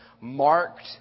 marked